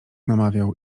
namawiał